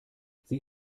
sie